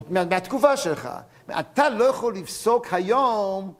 מהתגובה שלך, אתה לא יכול לפסוק היום.